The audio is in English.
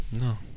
No